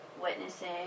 witnessing